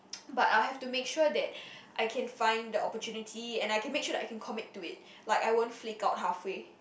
but I'll have to make sure that I can find the opportunity and I can make sure I can commit to it like I won't flake out halfway